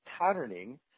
patterning